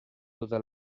tota